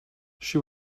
she